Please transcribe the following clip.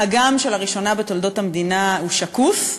הגם שלראשונה בתולדות המדינה הוא שקוף,